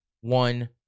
One